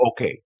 Okay